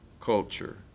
culture